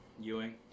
ewing